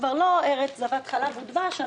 כבר לא ארץ זבת חלב ודבש,